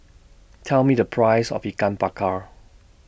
Tell Me The Price of Ikan Bakar